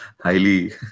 highly